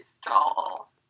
stall